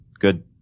good